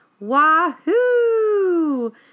Wahoo